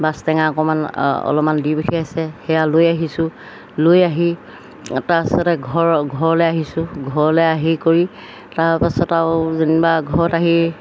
bus টেঙা অকণমান অলপমান দি পঠিয়াইছে সেয়া লৈ আহিছোঁ লৈ আহি তাৰপাছতে ঘৰ ঘৰলৈ আহিছোঁ ঘৰলৈ আহি কৰি তাৰপাছত আৰু যেনিবা ঘৰত আহি